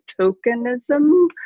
tokenism